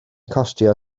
costio